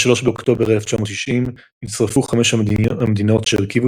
ב-3 באוקטובר 1990 הצטרפו חמש המדינות שהרכיבו